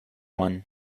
one